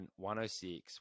106